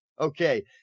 okay